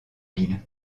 ville